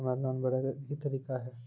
हमरा लोन भरे के की तरीका है?